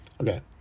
Okay